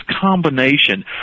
combination